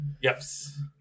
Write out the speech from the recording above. Yes